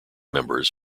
members